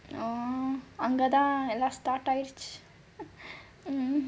orh அங்கதான் எல்லா:angathaan ellaa start ஆயிருச்சி:aayiruchi